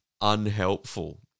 unhelpful